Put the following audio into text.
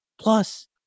Plus